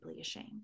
ashamed